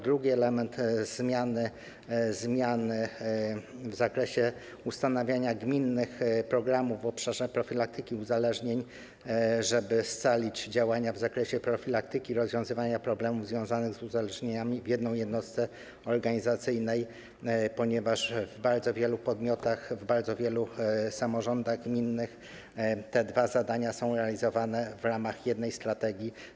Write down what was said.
Drugi element zmiany dotyczy ustanowienia gminnych programów w obszarze profilaktyki uzależnień, chodzi o to, żeby scalić działania w zakresie profilaktyki, rozwiązywania problemów związanych z uzależnieniami w jednej jednostce organizacyjnej, ponieważ w bardzo wielu podmiotach, w bardzo wielu samorządach gminnych te dwa zadania są realizowane w ramach jednej strategii.